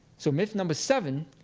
so myth number seven.